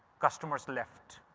customers left.